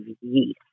yeast